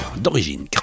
d'origine